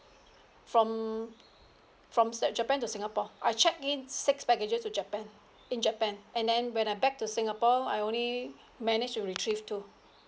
from from at japan to singapore I check in six baggage to japan in japan and then when I back to singapore I only managed to retrieve two